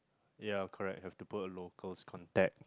ya correct have to put a local's contact